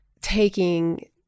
taking